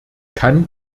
kann